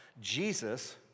Jesus